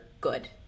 good